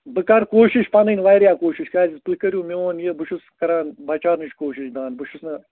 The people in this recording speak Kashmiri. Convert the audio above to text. بہٕ کَرٕ کوٗشِش پَنٕنۍ واریاہ کوٗشِش کیٛازِ تُہۍ کٔرِو میون یہِ بہٕ چھُس کران بچاونٕچ کوٗشِش دَنٛد بہٕ چھُس نہٕ